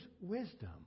wisdom